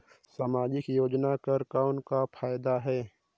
समाजिक योजना कर कौन का फायदा है?